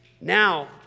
Now